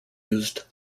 used